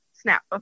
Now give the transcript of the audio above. snap